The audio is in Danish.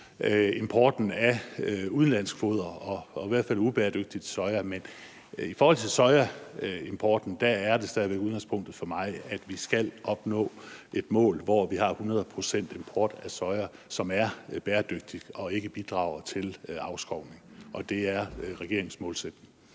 importen af udenlandsk foder og i hvert fald ubæredygtigt soja. Men i forhold til sojaimporten er det stadig udgangspunktet for mig, at vi skal opnå et mål, hvor vi har hundrede procent import af soja, som er bæredygtig og ikke bidrager til afskovning. Og det er regeringens målsætning.